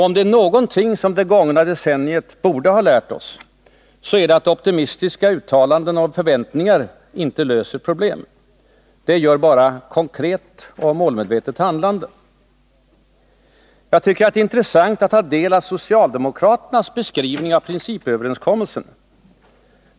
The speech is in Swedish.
Om det är någonting som det gångna decenniet borde ha lärt oss, är det att optimistiska uttalanden och förväntningar inte löser problem. Det gör bara konkret och målmedvetet handlande. Jag tycker att det är intressant att ta del av socialdemokraternas beskrivning av principöverenskommelsen.